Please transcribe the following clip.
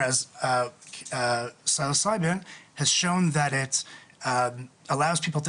בעוד הפסילוציבין הראה שהוא מאפשר לאנשים את